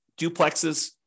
duplexes